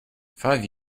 five